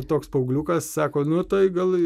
toks paaugliukas sako nu tai gal